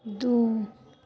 दू